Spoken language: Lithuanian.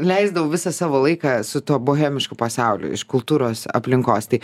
leisdavau visą savo laiką su tuo bohemišku pasauliu iš kultūros aplinkos tai